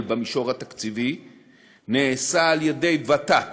במישור התקציבי נעשה על-ידי ות"ת,